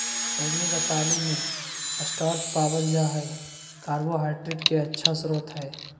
बैंगनी रतालू मे स्टार्च पावल जा हय कार्बोहाइड्रेट के अच्छा स्रोत हय